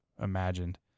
imagined